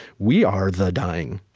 we are the dying,